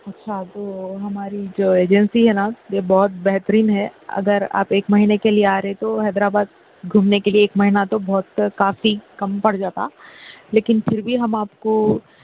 اچھا تو ہماری جو ایجنسی ہے نا یہ بہت بہترین ہے اگر آپ ایک مہینے کے لیے آ رہے تو حیدرآباد گھومنے کے لیے ایک مہینہ تو بہت کافی کم پڑ جاتا لکین پھر بھی ہم آپ کو